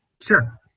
Sure